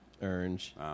orange